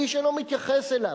איש אינו מתייחס אליו.